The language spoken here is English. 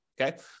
okay